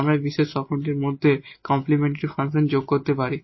আমরা এই বিশেষ অখণ্ডের মধ্যে কমপ্লিমেন্টরি ফাংশন যোগ করতে পারি